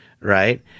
right